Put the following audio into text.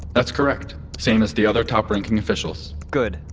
that's correct. same as the other top ranking officials good,